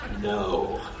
no